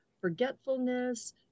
forgetfulness